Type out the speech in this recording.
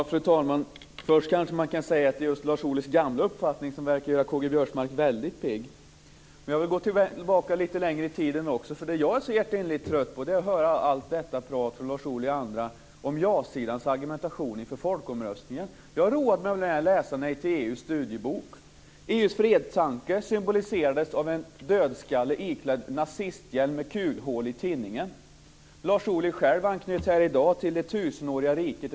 Fru talman! Först kanske man kan säga att det är just Lars Ohlys gamla uppfattning som verkar göra Men jag vill gå tillbaka lite längre i tiden. Det som jag är så hjärtinnerligt trött på att höra är allt detta tal från Lars Ohly och andra om ja-sidans argumentation inför folkomröstningen. Jag har roat mig med att läsa Nej till EU:s studiebok. EU:s fredstanke symboliseras av en dödskalle iklädd nazisthjälm med kulhål i tinningen. Lars Ohly själv anknöt här i dag till det tusenåriga riket.